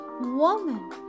Woman